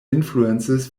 influences